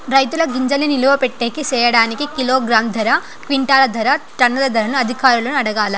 రైతుల గింజల్ని నిలువ పెట్టేకి సేయడానికి కిలోగ్రామ్ ధర, క్వింటాలు ధర, టన్నుల ధరలు అధికారులను అడగాలా?